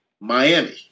Miami